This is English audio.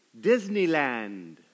Disneyland